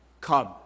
Come